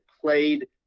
played